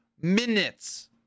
minutes